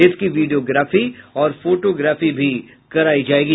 इसकी विडियोग्राफी और फोटोग्राफी भी करायी जायेगी